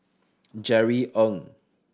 Jerry Ng